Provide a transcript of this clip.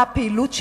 מה הפעילות שלהם,